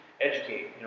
educate